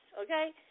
okay